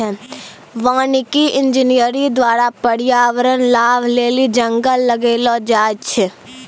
वानिकी इंजीनियर द्वारा प्रर्यावरण लाभ लेली जंगल लगैलो जाय छै